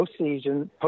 Postseason